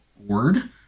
word